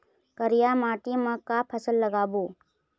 करिया माटी म का फसल लगाबो?